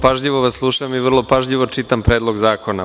Vrlo pažljivo vas slušam i vrlo pažljivo čitam Predlog zakona.